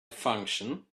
function